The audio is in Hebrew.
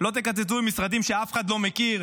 לא תקצצו במשרדים שאף אחד לא מכיר,